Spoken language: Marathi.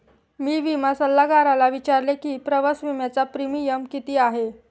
मी विमा सल्लागाराला विचारले की प्रवास विम्याचा प्रीमियम किती आहे?